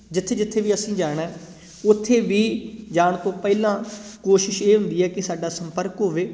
ਜਿੱਥੇ ਜਿੱਥੇ ਵੀ ਅਸੀਂ ਜਾਣਾ ਉੱਥੇ ਵੀ ਜਾਣ ਤੋਂ ਪਹਿਲਾਂ ਕੋਸ਼ਿਸ਼ ਇਹ ਹੁੰਦੀ ਹੈ ਕਿ ਸਾਡਾ ਸੰਪਰਕ ਹੋਵੇ